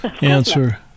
answer